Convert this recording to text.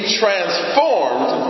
transformed